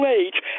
age